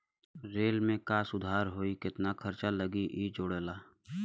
rail में का सुधार होई केतना खर्चा लगी इ जोड़ला